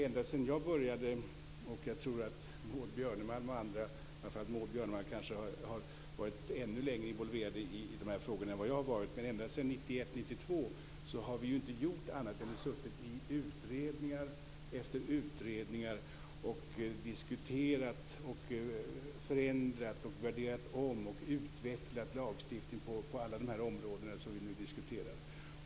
Ända sedan jag och andra med mig började runt 1991-1992 - Maud Björnemalm har kanske varit involverad i de här frågorna ännu längre än jag - har vi inte gjort annat än suttit i utredning efter utredning och diskuterat, förändrat, värderat om och utvecklat lagstiftningen på alla de områden som vi nu diskuterar.